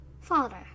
father